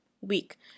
week